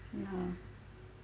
ya